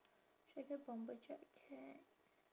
should I get bomber jacket